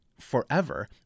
Forever